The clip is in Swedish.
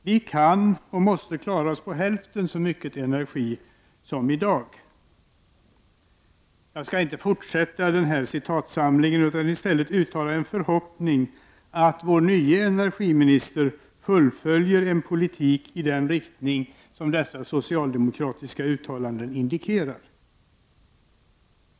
Vi kan och måste klara oss på hälften så mycket energi som i dag.” Jag skall inte fortsätta med den här citatsamlingen utan i stället uttala en förhoppning att vår nye energiminister fullföljer en politik i den riktning som dessa socialdemokratiska uttalanden indikerar.